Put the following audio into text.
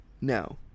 now